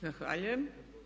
Zahvaljujem.